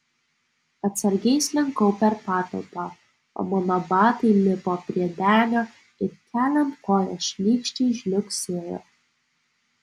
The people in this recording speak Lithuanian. atsargiai slinkau per patalpą o mano batai lipo prie denio ir keliant koją šlykščiai žliugsėjo